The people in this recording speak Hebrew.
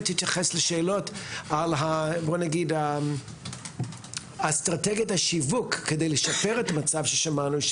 תתייחס לשאלות לגבי אסטרטגיית השיווק כדי לשפר את המצב ששמענו,